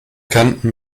kanten